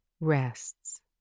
rests